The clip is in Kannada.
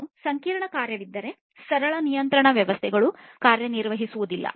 ಒಂದು ಸಂಕೀರ್ಣ ಕಾರ್ಯವಿದ್ದರೆ ಸರಳ ನಿಯಂತ್ರಣ ವ್ಯವಸ್ಥೆಗಳು ಕಾರ್ಯನಿರ್ವಹಿಸುವುದಿಲ್ಲ